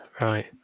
Right